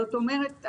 זאת אומרת,